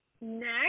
next